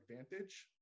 advantage